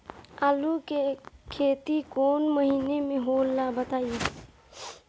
आलू के खेती कौन महीना में होला बताई?